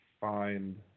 find